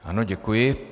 Ano, děkuji.